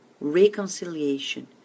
reconciliation